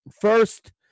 first